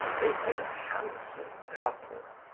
they made a handsome couple.